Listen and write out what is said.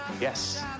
Yes